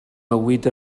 mywyd